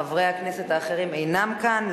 חברי הכנסת האחרים אינם כאן,